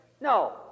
No